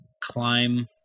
climb